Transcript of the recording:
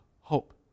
hope